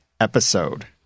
episode